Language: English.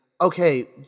okay